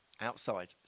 outside